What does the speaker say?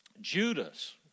Judas